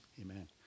Amen